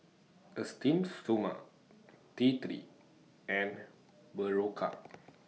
Esteem Stoma T three and Berocca